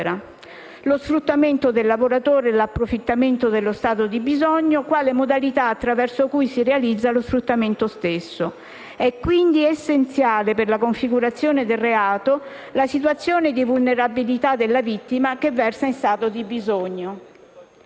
sfruttamento del lavoratore, ossia l'approfittamento dello stato di bisogno quale modalità attraverso cui si realizza lo sfruttamento stesso. È quindi essenziale per la configurazione del reato la situazione di vulnerabilità della vittima che versa in stato di bisogno.